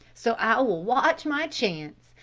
so i will watch my chance,